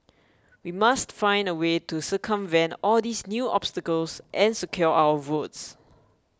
we must find a way to circumvent all these new obstacles and secure our votes